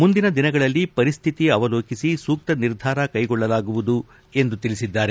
ಮುಂದಿನ ದಿನಗಳಲ್ಲಿ ಪರಿಸ್ಥಿತಿ ಅವಲೋಕಿಸಿ ಸೂಕ್ತ ನಿರ್ಧಾರ ಕೈಗೊಳ್ಳಲಾಗುವುದು ಎಂದು ಸಚಿವರು ತಿಳಿಸಿದ್ದಾರೆ